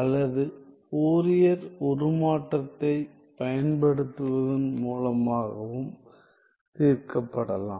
அல்லது ஃபோரியர் உருமாற்றத்தைப் பயன்படுத்துவதன் மூலமாகவும் தீர்க்கப்படலாம்